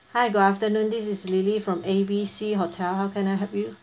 hi good afternoon this is lily from A B C hotel how can I help you